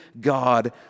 God